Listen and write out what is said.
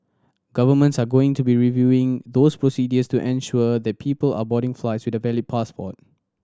governments are going to be reviewing those procedures to ensure that people are boarding flights with a valid passport